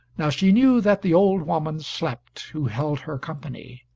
now she knew that the old woman slept who held her company.